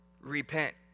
Repent